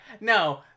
no